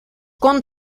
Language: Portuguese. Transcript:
com